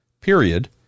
period